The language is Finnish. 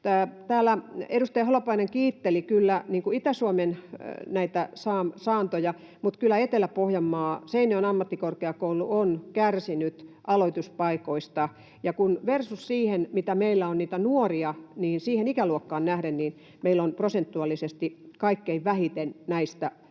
Täällä edustaja Holopainen kiitteli kyllä Itä-Suomen saantoja, mutta kyllä Etelä-Pohjanmaa, Seinäjoen ammattikorkeakoulu, on kärsinyt aloituspaikoissa. Versus siihen, mitä meillä on nuoria, siihen ikäluokkaan nähden, meillä on prosentuaalisesti kaikkein vähiten näistä alueista